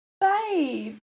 babe